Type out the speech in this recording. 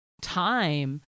time